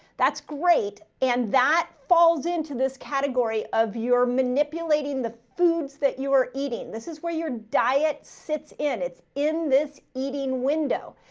that's great. and that falls into this category of you're manipulating the foods that you are eating. this is where your diet sits in. it's in this eating window.